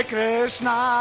Krishna